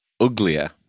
uglier